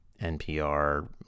NPR